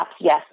Yes